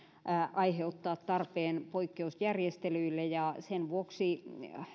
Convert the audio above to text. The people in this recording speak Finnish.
aiheuttaa tarpeen poikkeusjärjestelyille ja sen vuoksi